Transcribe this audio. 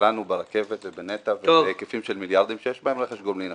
שלנו ברכבת ובנת"ע בהיקפים של מיליארדים שיש בהם רכש גומלין.